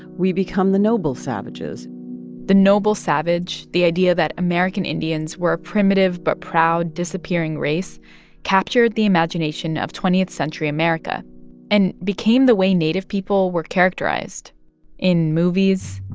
we become the noble savages the noble savage the idea that american indians were a primitive but proud disappearing race captured the imagination of twentieth century america and became the way native people were characterized in movies.